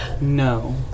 No